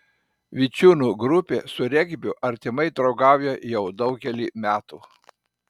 vičiūnų grupė su regbiu artimai draugauja jau daugelį metų